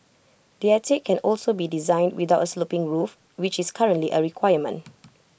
the attic can also be designed without A sloping roof which is currently A requirement